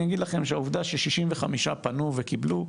אני אגיד לכם שהעובדה ש-65 פנו וקיבלו,